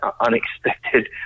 unexpected